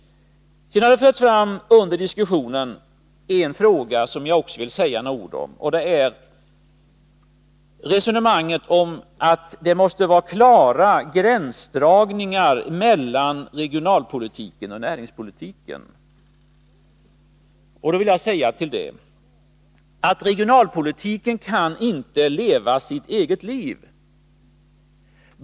Sedan har det under diskussionen tagits upp en fråga som jag också vill säga några ord om. Det är resonemanget om att det måste vara klara gränsdragningar mellan regionalpolitiken och näringspolitiken. Till detta vill jag säga att regionalpolitiken inte kan leva sitt eget liv.